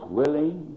willing